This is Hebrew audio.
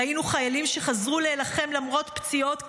ראינו חיילים שחזרו להילחם למרות פציעות קשות,